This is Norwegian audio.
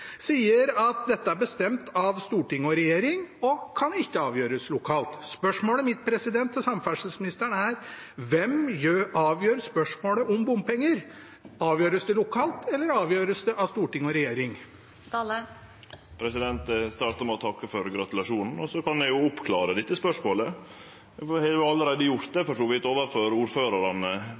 sier at dette er bestemt av storting og regjering og kan ikke avgjøres lokalt. Spørsmålet mitt til samferdselsministeren er: Hvem avgjør spørsmålet om bompenger? Avgjøres det lokalt, eller avgjøres det av storting og regjering? Eg vil starte med å takke for gratulasjonen. Eg kan oppklare dette spørsmålet, men eg har jo for så vidt allereie gjort det overfor